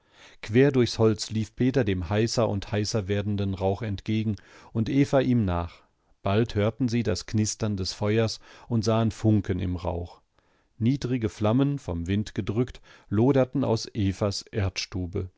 quer durchs holz lief peter dem heißer und heißer werdenden rauch entgegen und eva ihm nach bald hörten sie das knistern des feuers und sahen funken im rauch niedrige flammen vom wind gedrückt loderten aus evas